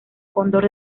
cóndor